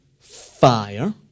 fire